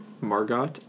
Margot